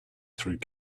through